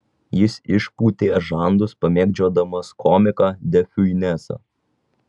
jis išpūtė žandus pamėgdžiodamas komiką de fiunesą